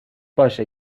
باشه